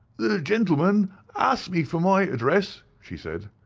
the gentleman asked me for my address, she said.